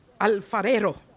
alfarero